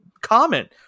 comment